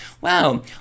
wow